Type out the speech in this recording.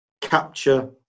capture